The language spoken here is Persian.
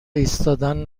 ایستادن